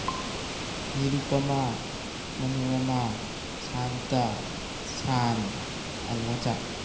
ꯅꯤꯔꯨꯄꯃꯥ ꯃꯅꯣꯔꯃꯥ ꯁꯥꯟꯇ ꯁꯥꯟ ꯑꯪꯉꯣꯆꯥ